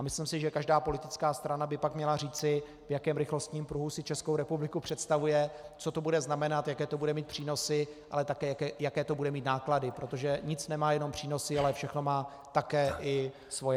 Myslím si, že každá politická strana by pak měla říci, v jakém rychlostním pruhu si Českou republiku představuje, co to bude znamenat, jaké to bude mít přínosy, ale také jaké to bude mít náklady, protože nic nemá jenom přínosy, ale všechno má také i svoje náklady.